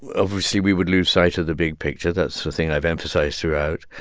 obviously, we would lose sight of the big picture. that's thing i've emphasized throughout.